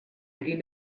egin